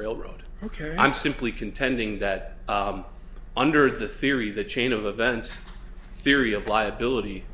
railroad ok i'm simply contending that under the theory the chain of events theory of liability